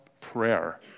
prayer